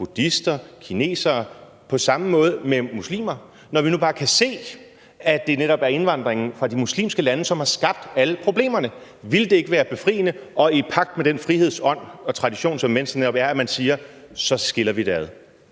buddhister og kinesere på samme måde som muslimer, når vi nu bare kan se, at det netop er indvandringen fra de muslimske lande, som har skabt alle problemerne? Ville det ikke være befriende og i pagt med den frihedsånd og -tradition, som Venstre netop har, at man siger: Så skiller vi det ad?